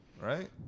Right